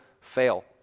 fail